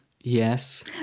Yes